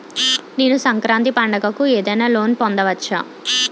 నేను సంక్రాంతి పండగ కు ఏదైనా లోన్ పొందవచ్చా?